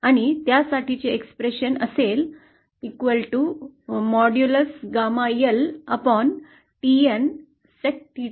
आणि त्यासाठीचे अभिव्यक्ती असेल mod Tn